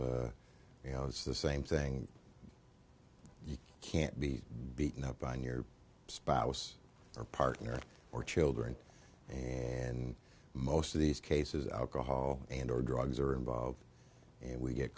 you know it's the same thing you can't be beaten up on your spouse or partner or children and most of these cases alcohol and or drugs are involved and we get